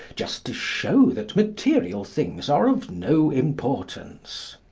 just to show that material things are of no importance.